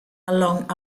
along